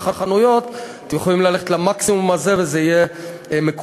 החנויות: אתם יכולים ללכת למקסימום הזה וזה יהיה מקובל.